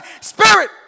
spirit